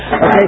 Okay